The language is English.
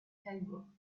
table